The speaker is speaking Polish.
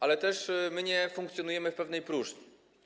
Ale też my nie funkcjonujemy w pewnej próżni.